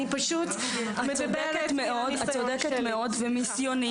אני פשוט מדברת מהניסיון שלי .